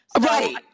Right